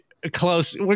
close